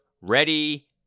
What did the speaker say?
Ready